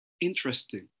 interesting